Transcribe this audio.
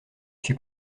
suis